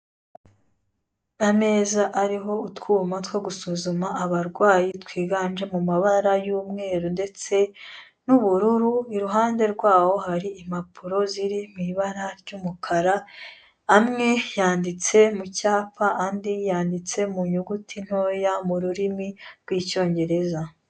Ameza ariho utwuma two gusuzuma abarwayi twiganje mu mabara y'umweru ndetse n'ubururu, iruhande rwaho hari impapuro ziri mu ibara ry'umukara, amwe yanditse mu cyapa andi yanditse mu nyuguti ntoya mu rurimi rw'icyongereza.